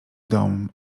dom